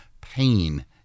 pain